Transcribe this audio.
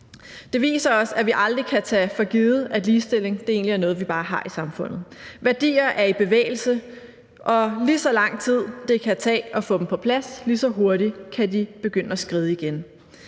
Det viser os, at vi aldrig kan tage for givet, at ligestilling er noget, vi bare har i samfundet. Værdier er i bevægelse, og lige så lang tid det kan tage at få dem på plads, lige så hurtigt kan de begynde at skride igen.